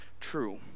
true